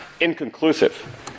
inconclusive